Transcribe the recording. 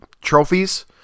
trophies